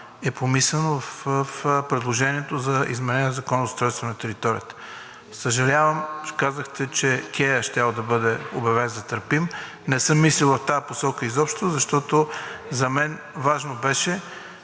е помислено в предложението за изменението на Закона за устройство на територията. Съжалявам, че казахте, че кеят щял да бъде обявен за търпим. Не съм мислил в тази посока изобщо, защото за мен важно беше